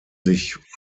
sich